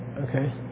Okay